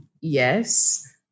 yes